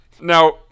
Now